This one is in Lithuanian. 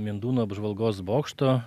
mindūnų apžvalgos bokšto